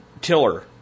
tiller